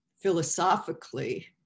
philosophically